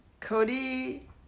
cody